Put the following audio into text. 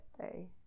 day